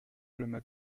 meilleur